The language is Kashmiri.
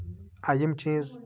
یِم چیٖز